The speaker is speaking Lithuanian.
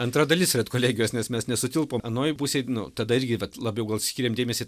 antra dalis redkolegijos nes mes nesutilpom anoj pusėj nu tada irgi vat labiau gal skyrėm dėmesį